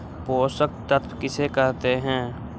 पोषक तत्त्व किसे कहते हैं?